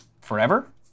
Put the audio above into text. Forever